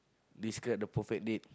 describe the perfect date